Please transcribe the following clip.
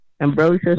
ambrosia